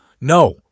No